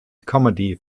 comedy